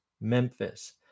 Memphis